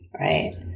Right